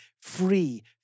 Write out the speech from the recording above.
free